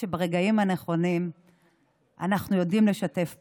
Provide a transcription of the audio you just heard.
שברגעים הנכונים אנחנו יודעים לשתף פעולה.